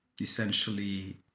essentially